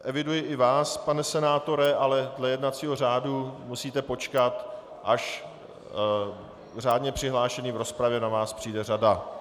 Eviduji i vás, pane senátore, ale dle jednacího řádu musíte počkat, až po řádně přihlášených v rozpravě na vás přijde řada.